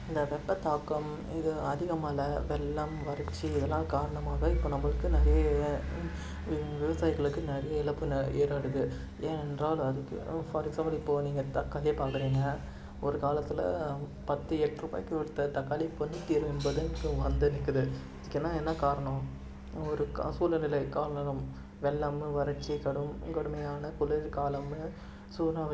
இந்த வெப்பத்தாக்கம் இது அதிகமாக வெள்ளம் வறட்சி இதெல்லாம் காரணமாக இப்போ நம்மளுக்கு நிறைய விவசாயிங்களுக்கு நிறைய இழப்பு ந ஏறாடுது ஏனென்றால் அதுக்கு ஃபார் எக்ஸாம்பில் இப்போது நீங்கள் தக்காளியை பார்க்குறீங்க ஒரு காலத்தில் பத்து எட்ரூபாயிக்கு விற்ற தக்காளி இப்போ நூத்திஏழு எண்பதுன்னு வந்து நிக்குது இதுக்கென்ன என்ன காரணம் ஒரு கா சூழ்நிலை காணரம் வெள்ளம் வறட்சி கடும் கடுமையான குளிர் காலம் சூறாவளி